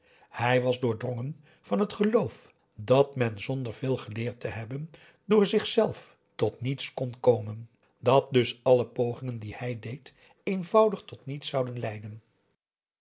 hij was door aum boe akar eel drongen van het geloof dat men zonder veel geleerd te hebben door zichzelf tot niets kon komen dat dus alle pogingen die hij deed eenvoudig tot niets zouden leiden